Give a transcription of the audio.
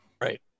right